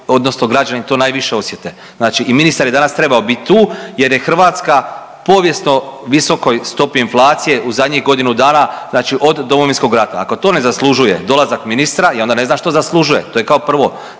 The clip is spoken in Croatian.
odnosno građani to najviše osjete, znači i ministar je danas trebao bit tu jer je Hrvatska povijesno visokoj stopi inflacije u zadnjih godinu dana znači od Domovinskog rata. Ako to ne zaslužuje dolazak ministra, ja onda ne znam što zaslužuje. To je kao prvo.